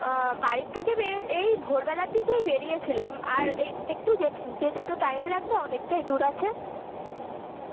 ও বাড়ির থেকে বেরি এই ভোরবেলার দিকেই বেরিয়েছিলাম আর এই একটু যেতে যেতে তো টাইম লাগবে অনেকটাই দূর আছে